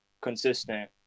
consistent